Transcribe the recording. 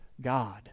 God